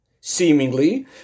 Seemingly